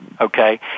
okay